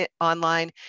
online